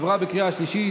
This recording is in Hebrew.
עברה בקריאה שלישית,